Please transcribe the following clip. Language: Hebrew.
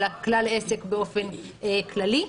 אלא על כלל העסק באופן כללי.